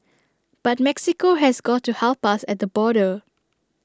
but Mexico has got to help us at the border